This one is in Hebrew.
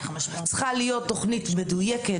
צריכה להיות תוכנית מדויקת.